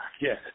yes